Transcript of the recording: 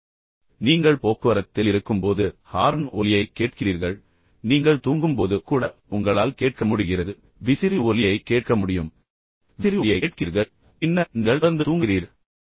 எனவே நீங்கள் போக்குவரத்தில் இருக்கும்போது ஹார்ன் ஒலியைக் கேட்கிறீர்கள் நீங்கள் தூங்கும்போது கூட உங்களால் கேட்க முடிகிறது விசிறி ஒலியைக் கேட்க முடியும் விசிறி ஒலியைக் கேட்கிறீர்கள் பின்னர் நீங்கள் தொடர்ந்து தூங்குகிறீர்கள்